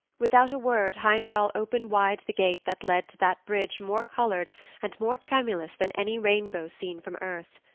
without a word heimdall opened wide the gate that led to that bridge more colored and more tremulous than any rainbow seen from earth.